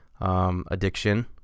addiction